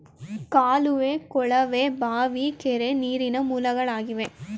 ಕಾಲುವೆ, ಕೊಳವೆ ಬಾವಿ, ಕೆರೆ, ನೀರಿನ ಮೂಲಗಳಾಗಿವೆ